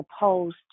opposed